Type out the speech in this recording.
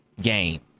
game